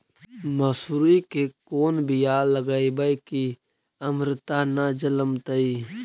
मसुरी के कोन बियाह लगइबै की अमरता न जलमतइ?